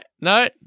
no